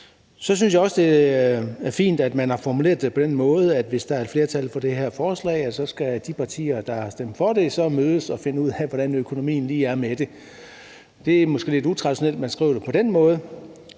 Jeg synes også, det er fint, at man har formuleret det på den måde, at hvis der er et flertal for det her forslag, skal de partier, der har stemt for det, mødes og finde ud af, hvordan økonomien er i forbindelse med det. Det er måske lidt utraditionelt, at man skriver det på den måde,